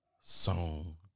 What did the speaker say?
song